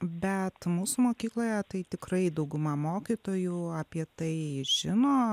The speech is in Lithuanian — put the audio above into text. bet mūsų mokykloje tai tikrai dauguma mokytojų apie tai žino